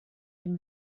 dem